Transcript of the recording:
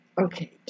Okay